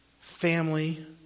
Family